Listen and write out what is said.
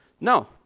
No